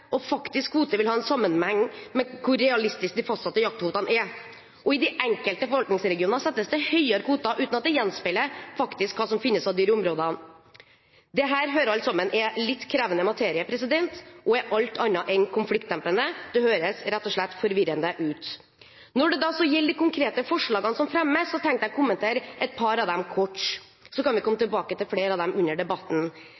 og faktisk kvote vil ha en sammenheng med hvor realistiske de fastsatte jaktkvotene er. I de enkelte forvaltningsregioner settes det høye kvoter uten at det gjenspeiler hva som faktisk finnes av dyr i områdene. Dette hører alle er en litt krevende materie og alt annet enn konfliktdempende. Det høres rett og slett forvirrende ut. Når det gjelder de konkrete forslagene som fremmes, vil jeg kommentere et par av dem kort. Vi kan så komme